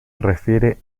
refiere